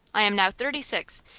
i am now thirty-six,